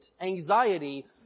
anxiety